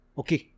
okay